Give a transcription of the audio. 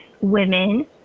women